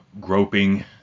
groping